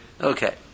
Okay